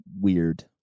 weird